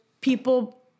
people